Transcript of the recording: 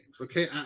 Okay